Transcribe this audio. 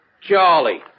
Charlie